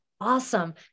awesome